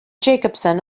jacobson